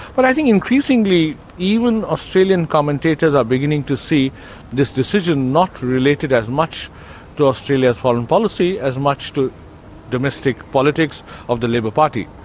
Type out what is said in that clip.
but i think increasingly even australian commentators are beginning to see this decision not related as much to australia's foreign policy as much as to domestic politics of the labor party.